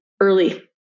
early